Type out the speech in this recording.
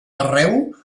arreu